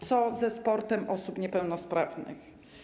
Co ze sportem osób niepełnosprawnych?